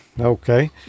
Okay